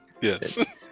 Yes